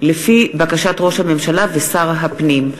לפי בקשת ראש הממשלה ושר הפנים.